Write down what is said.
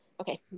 Okay